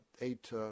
eight